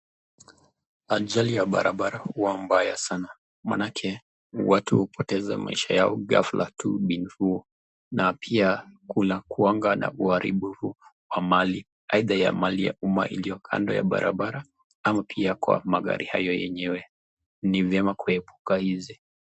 Ajali ya barabara huwa mbaya sana manake watu hupoteza maisha yao ghafla tu bin vu. Na pia kunakuanga na uharibifu wa mali, aidha ya mali ya umma iliyo kando ya barabara ama pia kwa magari hayo yenyewe. Ni vyema kuepuka hizi.